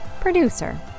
producer